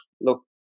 look